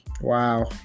wow